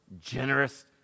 generous